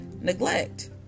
neglect